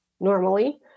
normally